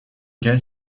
get